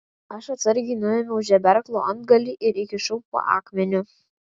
aš atsargiai nuėmiau žeberklo antgalį ir įkišau po akmeniu